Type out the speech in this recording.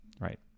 right